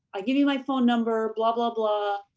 i give you my phone number, blah, blah, blah,